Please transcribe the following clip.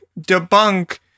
debunk